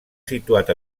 situat